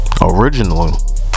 Originally